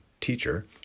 teacher